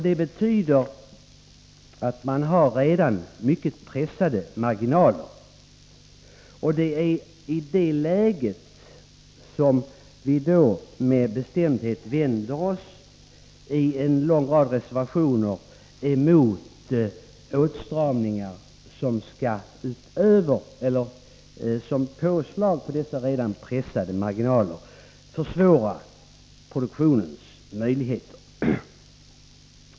Det betyder att man redan har mycket pressade marginaler. Det är i det läget som vi med bestämdhet i en lång rad reservationer vänder oss mot åtstramningar som försvårar produktionens möjligheter.